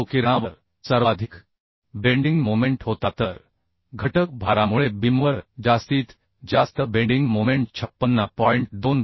जो किरणावर सर्वाधिक बेंडिंग मोमेंट होता तर घटक भारामुळे बीमवर जास्तीत जास्त बेंडिंग मोमेंट 56